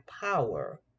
power